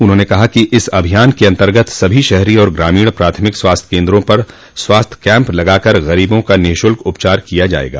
उन्होंने कहा कि इस अभियान के अंतर्गत सभी शहरी और ग्रामीण प्राथमिक स्वास्थ्य केन्द्रों पर स्वास्थ्य कैंप लगाकर गरीबों का निःशुल्क उपचार किया जायेगा